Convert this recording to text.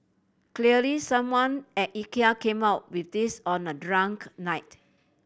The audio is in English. clearly someone at Ikea came out with this on a drunk night